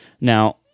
Now